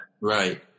Right